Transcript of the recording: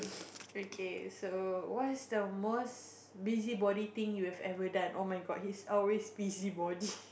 okay so what is the most busy body thing you have ever done oh-my-god he's always busy body